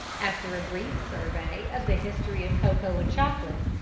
after a brief survey of the history of cocoa and chocolate,